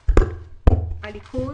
הליכוד,